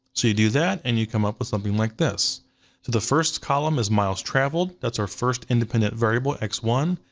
so you do that and you come up with something like this. so the first column is miles traveled, that's our first independent variable, x one.